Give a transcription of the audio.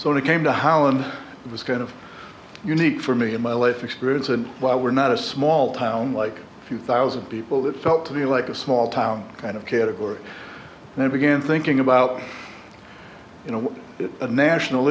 so when it came to holland it was kind of unique for me in my life experience and why we're not a small town like a few thousand people it felt to be like a small town kind of category and i began thinking about you know a national